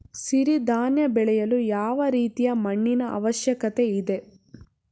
ಸಿರಿ ಧಾನ್ಯ ಬೆಳೆಯಲು ಯಾವ ರೀತಿಯ ಮಣ್ಣಿನ ಅವಶ್ಯಕತೆ ಇದೆ?